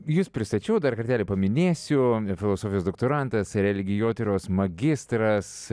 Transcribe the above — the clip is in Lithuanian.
jus pristačiau dar kartelį paminėsiu filosofijos doktorantas religijotyros magistras